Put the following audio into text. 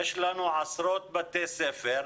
יש לנו עשרות בתי ספר,